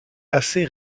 assez